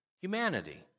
humanity